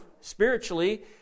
spiritually